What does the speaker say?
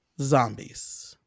Zombies